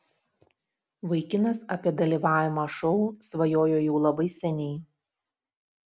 vaikinas apie dalyvavimą šou svajojo jau labai seniai